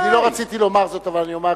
אני לא רציתי לומר זאת, אבל אני אומר.